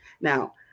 Now